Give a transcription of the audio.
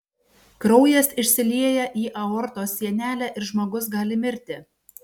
kraujas išsilieja į aortos sienelę ir žmogus gali mirti